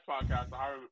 podcast